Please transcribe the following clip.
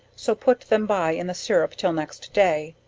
so put them by in the sirrup till next day,